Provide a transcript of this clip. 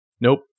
Nope